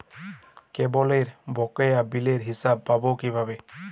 কেবলের বকেয়া বিলের হিসাব পাব কিভাবে?